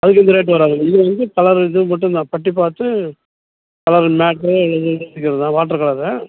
அதுக்கு இந்த ரேட்டு வராது இது வந்து கலரு இது மட்டும்தான் பட்டி பார்த்து அதாவது மேட்டு இது அடிக்கிறது தான் வாட்டரு கலரு